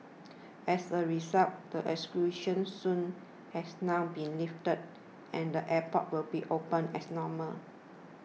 as a result the exclusion zone has now been lifted and the airport will be open as normal